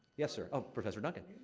yes, sir oh, professor duncan.